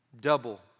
double